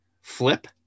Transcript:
flip